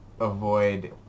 avoid